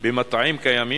במטעים קיימים.